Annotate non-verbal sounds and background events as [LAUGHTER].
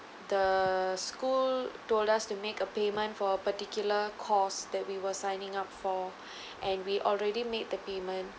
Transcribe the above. the school told us to make a payment for a particular course that we were signing up for [BREATH] and we already made the payment